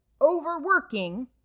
overworking